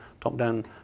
top-down